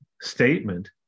statement